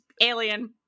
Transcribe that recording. alien